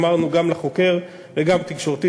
אמרנו גם לחוקר וגם תקשורתית,